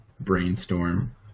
brainstorm